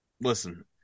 Listen